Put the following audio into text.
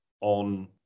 on